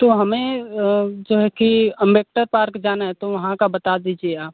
तो हमें जो है कि अम्बेडकर पार्क जाना है तो वहाँ का बता दीजिए आप